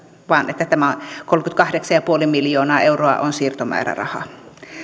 vaan että tämä kolmekymmentäkahdeksan pilkku viisi miljoonaa euroa on siirtomäärärahaa